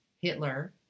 Hitler